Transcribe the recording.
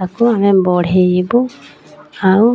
ତାକୁ ଆମେ ବଢ଼େଇବୁ ଆଉ